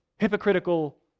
hypocritical